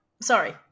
Sorry